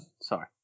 Sorry